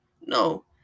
No